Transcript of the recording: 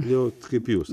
jau kaip jūs